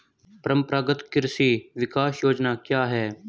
परंपरागत कृषि विकास योजना क्या है?